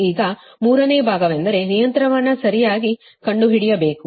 ಈಗ ಮೂರನೇ ಭಾಗವೆಂದರೆ ನಿಯಂತ್ರಣವನ್ನು ಸರಿಯಾಗಿ ಕಂಡುಹಿಡಿಯಬೇಕು